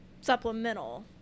supplemental